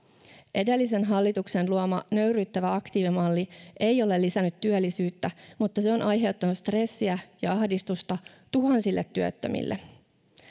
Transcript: edellisen hallituksen luoma nöyryyttävä aktiivimalli ei ole lisännyt työllisyyttä mutta se on aiheuttanut stressiä ja ahdistusta tuhansille työttömille